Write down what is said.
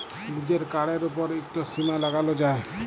লিজের কাড়ের উপর ইকট সীমা লাগালো যায়